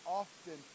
often